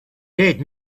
dead